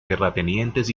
terratenientes